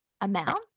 amount